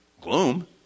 gloom